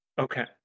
Okay